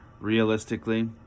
realistically